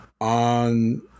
on